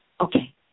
Okay